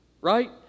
Right